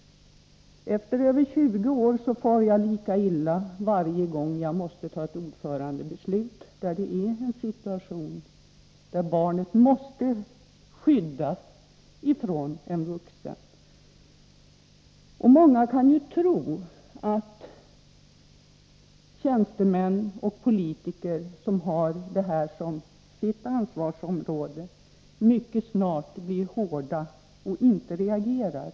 Efter över 20 år far jag lika illa varje gång jag måste ta ett ordförandebeslut i en situation där barnet måste skyddas från en vuxen. Många kan ju tro att tjänstemän och politiker som har detta som sitt ansvarsområde mycket snart blir hårda och inte reagerar.